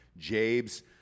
Jabes